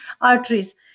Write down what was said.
arteries